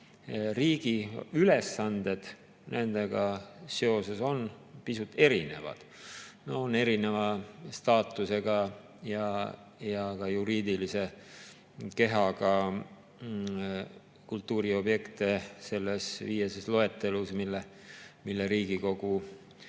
riigi ülesanded nendega seoses on pisut erinevad, on erineva staatusega ja ka juriidilise kehaga kultuuriobjekte selles viieses loetelus, mille Riigikogu